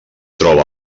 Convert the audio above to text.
troba